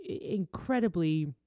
incredibly